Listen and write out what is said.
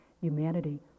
humanity